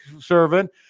servant